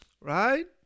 Right